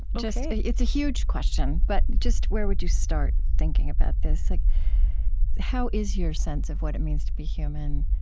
it's a huge question. but just where would you start thinking about this like how is your sense of what it means to be human